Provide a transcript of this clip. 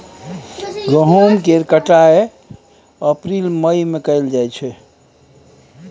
गहुम केर कटाई अप्रील मई में कएल जाइ छै